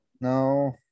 No